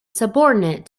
subordinate